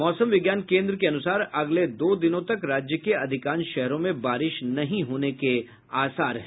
मौसम विज्ञान केन्द्र के अनुसार अगले दो दिनों तक राज्य के अधिकांश शहरों में बारिश नहीं होने की उम्मीद है